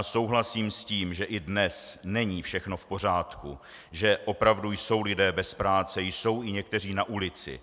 Souhlasím s tím, že i dnes není všechno v pořádku, že opravdu jsou lidé bez práce, jsou i někteří na ulici.